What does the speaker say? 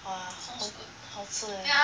!wah! 好好吃 eh